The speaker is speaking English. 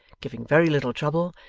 giving very little trouble,